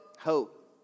hope